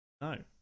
no